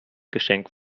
geschenk